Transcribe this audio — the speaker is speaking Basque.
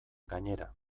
gainera